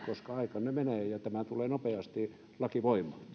koska aika nyt menee ja tämä laki tulee nopeasti voimaan